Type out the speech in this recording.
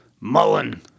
Mullen